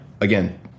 again